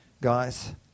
guys